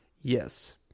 yes